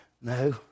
No